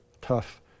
tough